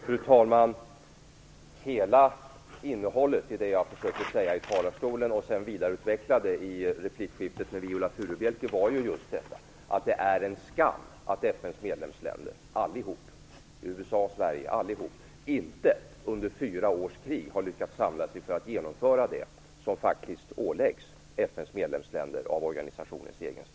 Fru talman! Hela innehållet i det som jag försökte att säga och senare vidareutveckla i replikskiftet med Viola Furubjelke var att det är en skam att FN:s medlemsstater - allihop, även USA och Sverige - inte under fyra års krig lyckades samla sig till att genomföra det som faktiskt åläggs medlemsländerna enligt